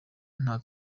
nta